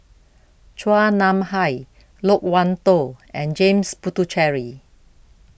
Chua Nam Hai Loke Wan Tho and James Puthucheary